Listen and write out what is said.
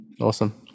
Awesome